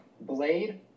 Blade